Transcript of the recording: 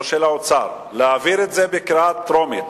של האוצר להעביר את זה בקריאה טרומית,